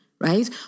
right